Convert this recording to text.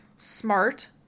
Smart